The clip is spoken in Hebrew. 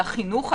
על החינוך,